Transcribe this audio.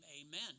amen